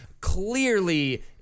clearly